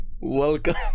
Welcome